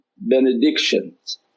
benedictions